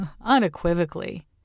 unequivocally